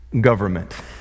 Government